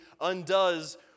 undoes